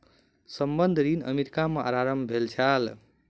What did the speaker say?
संबंद्ध ऋण अमेरिका में आरम्भ भेल छल